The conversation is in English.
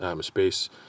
space